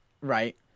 right